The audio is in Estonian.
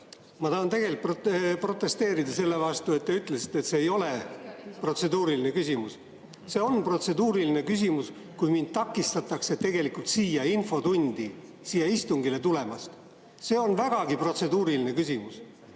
Ma tahan protesteerida selle vastu, et te ütlesite, et see ei ole protseduuriline küsimus. See on protseduuriline küsimus, kui mul takistatakse siia infotundi, siia istungile tulla. See on vägagi protseduuriline küsimus.